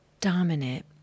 dominant